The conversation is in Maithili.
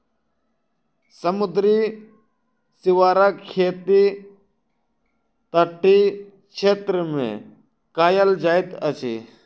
समुद्री सीवरक खेती तटीय क्षेत्र मे कयल जाइत अछि